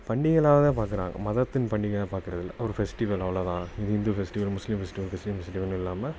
பண்டிகைகளாக தான் பார்க்குறாங்க மதத்தின் பண்டிகையாக பார்க்குறதில்ல ஒரு ஃபெஸ்டிவல் அவ்வளோ தான் இது Hindu festival Muslim festival Christian ஃபெஸ்டிவல்னு இல்லாமல்